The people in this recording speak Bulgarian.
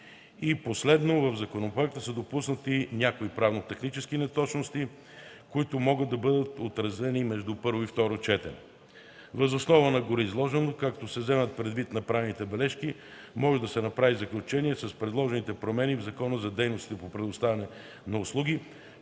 начин. 6. В законопроекта са допуснати някои правно-технически грешки, които могат да бъдат отразени между първо и второ четене. IV. Въз основа на гореизложеното и като се вземат предвид направените бележки, може да се направи заключение, че с предложените промени в Закона за дейностите по предоставяне на услуги